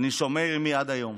אני שומר עימי עד היום